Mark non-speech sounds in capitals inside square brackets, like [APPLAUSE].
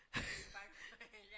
[LAUGHS]